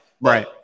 Right